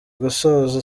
gusoza